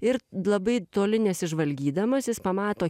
ir labai toli nesižvalgydamas jis pamato